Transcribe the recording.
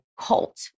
cult